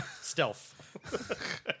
Stealth